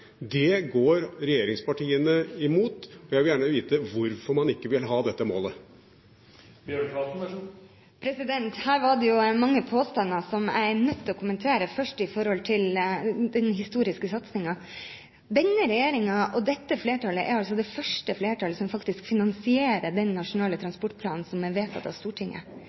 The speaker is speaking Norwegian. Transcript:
Det går regjeringspartiene imot. Jeg vil gjerne vite hvorfor man ikke vil ha dette målet. Her var det mange påstander som jeg er nødt til å kommentere. Først når det gjelder den historiske satsingen: Denne regjeringen og dette flertallet er de første som faktisk finansierer en nasjonal transportplan som er vedtatt av Stortinget.